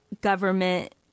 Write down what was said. government